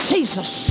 Jesus